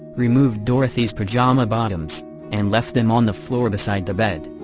removed dorothy's pyjama bottoms and left them on the floor beside the bed.